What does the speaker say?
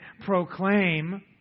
proclaim